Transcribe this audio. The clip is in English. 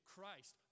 Christ